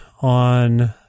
on